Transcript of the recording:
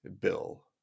bill